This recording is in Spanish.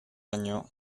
año